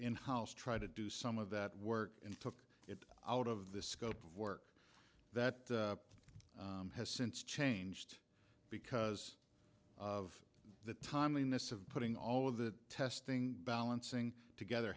in house try to do some of that work and took it out of the scope of work that has since changed because of the timeliness of putting all of that testing balancing together